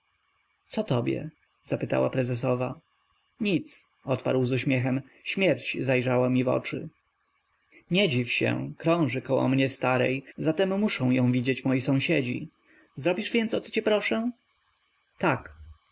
co tobie zapytała prezesowa nic odparł z uśmiechem śmierć zajrzała mi w oczy nie dziw się krąży koło mnie starej zatem muszą ją widzieć moi sąsiedzi więc zrobisz o co cię proszę tak